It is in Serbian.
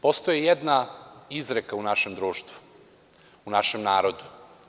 Postoji jedna izreka u našem društvu, u našem narodu.